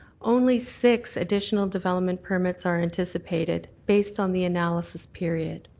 only six additional development permits are anticipated based on the analysis period.